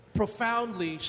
profoundly